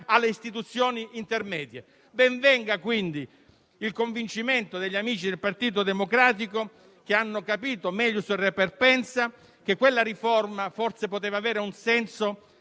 alle istituzioni intermedie. Ben venga, quindi, il convincimento degli amici del Partito Democratico che hanno capito meglio - *melius* *re perpensa* - che quella riforma forse poteva avere un senso